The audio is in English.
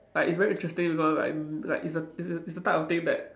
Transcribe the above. like it's very interesting because like like it's the it's the type of thing that